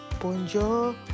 bonjour